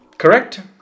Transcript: Correct